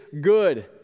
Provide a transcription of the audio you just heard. good